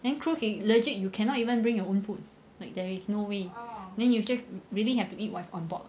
then cruise is legit you cannot even bring your own food like there is no way then you just really have to eat what is on board